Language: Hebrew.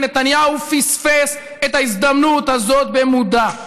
ונתניהו פספס את ההזדמנות הזאת במודע.